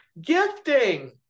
Gifting